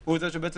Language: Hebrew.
הוא זה שהפיץ